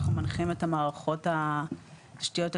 אנחנו מנחים את מערכות התשתיות הקריטיות.